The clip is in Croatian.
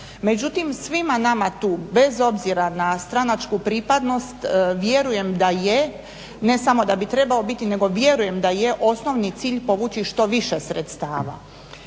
Međutim, svima nama tu bez obzira na stranačku pripadnost vjerujem da je, ne samo da bi trebao biti nego vjerujem da je osnovni cilj povući što više sredstava,